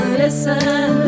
listen